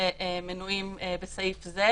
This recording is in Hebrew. שמנויים בסעיף זה,